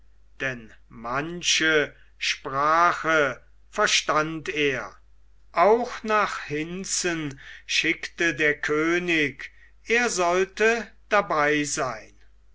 denn manche sprache verstand er auch nach hinzen schickte der könig er sollte dabei sein